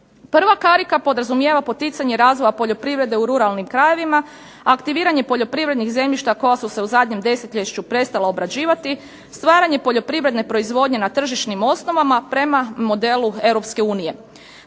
Prva karika podrazumijeva poticanje razvoja poljoprivrede u ruralnim krajevima, aktiviranje poljoprivrednih zemljišta koja su se u zadnjem desetljeću prestala obrađivati, stvaranje poljoprivredne proizvodnje na tržišnim osnovama prema modelu